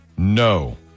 No